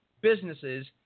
businesses